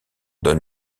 donne